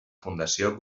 fundació